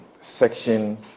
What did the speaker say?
section